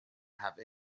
have